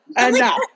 Enough